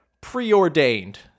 preordained